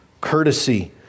courtesy